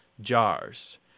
jars